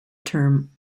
term